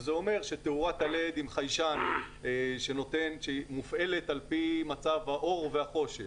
וזה אומר שתאורת הלד עם חיישן שהיא מופעלת על פי מצב האור והחושך,